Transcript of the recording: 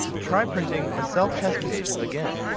try printing a self-test page again.